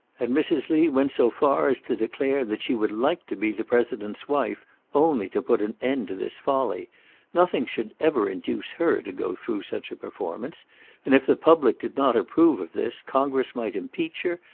and mrs. lee went so far as to declare that she would like to be the president's wife only to put an end to this folly nothing should ever induce her to go through such a performance and if the public did not approve of this, congress might impeach her,